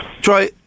Troy